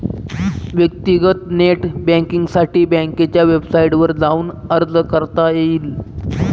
व्यक्तीगत नेट बँकींगसाठी बँकेच्या वेबसाईटवर जाऊन अर्ज करता येईल